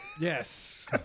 yes